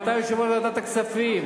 אבל אתה יושב-ראש ועדת הכספים.